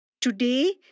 Today